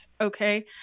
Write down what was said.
okay